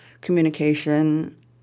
Communication